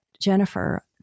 Jennifer